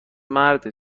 مرده